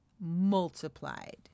multiplied